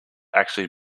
actually